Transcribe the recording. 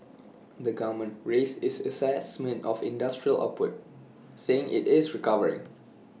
the government raised its Assessment of industrial output saying IT is recovering